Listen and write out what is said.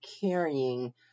carrying